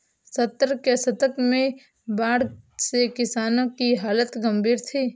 सत्तर के दशक में बाढ़ से किसानों की हालत गंभीर थी